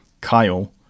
kyle